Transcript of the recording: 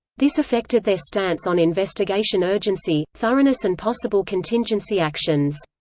this affected their stance on investigation urgency, thoroughness and possible contingency actions.